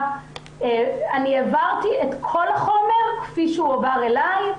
אני העברתי את כל החומר כפי שהוא הועבר אלי.